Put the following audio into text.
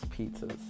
pizzas